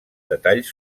detalls